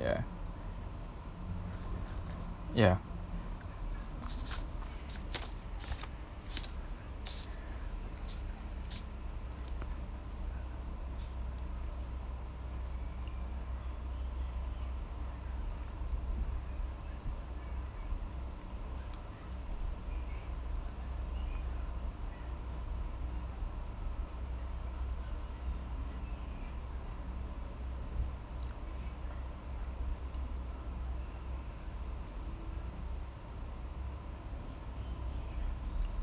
ya ya